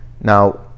Now